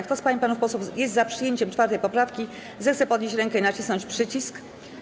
Kto z pań i panów posłów jest za przyjęciem 4. poprawki, zechce podnieść rękę i nacisnąć przycisk.